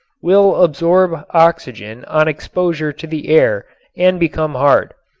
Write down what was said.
will absorb oxygen on exposure to the air and become hard.